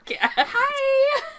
Hi